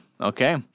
Okay